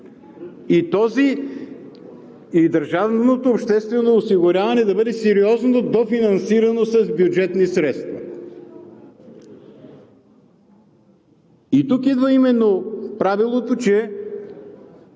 обърне и държавното обществено осигуряване да бъде сериозно дофинансирано с бюджетни средства. Тук именно идва правилото, че